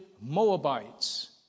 Moabites